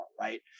Right